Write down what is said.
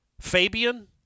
Fabian